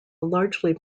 largely